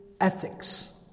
ethics